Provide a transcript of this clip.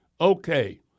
Okay